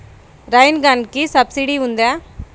Rain గన్కి subsidy ఉందా?